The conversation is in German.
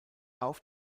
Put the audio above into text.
auf